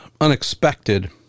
unexpected